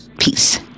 peace